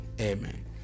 Amen